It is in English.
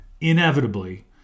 inevitably